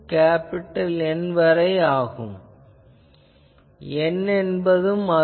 N வரை மேலும் n என்பதும் 12